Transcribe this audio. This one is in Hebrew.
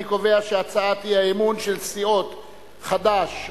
אני קובע שהצעת האי-אמון של סיעות חד"ש,